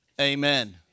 amen